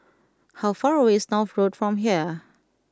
how far away is North Road from here